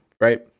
right